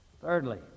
Thirdly